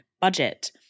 budget